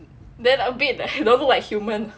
then a bit like human